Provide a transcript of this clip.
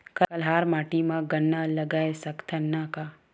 कन्हार माटी म गन्ना लगय सकथ न का?